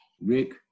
rick